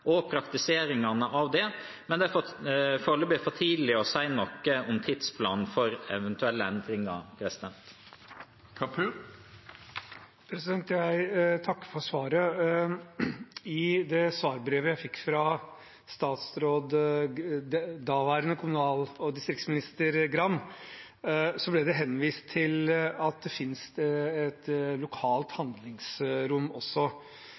og praktiseringen av det, men det er foreløpig for tidlig å si noe om tidsplanen for eventuelle endringer. Jeg takker for svaret. I svarbrevet jeg fikk fra daværende kommunal- og distriktsminister Gram, ble det henvist til at det finnes et lokalt handlingsrom også.